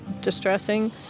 distressing